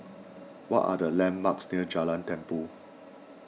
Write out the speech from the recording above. what are the landmarks near Jalan Tumpu